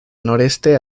noreste